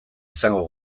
izango